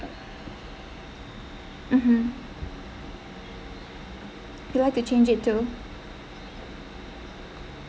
mmhmm you like to change it to